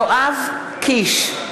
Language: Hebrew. יואב קיש,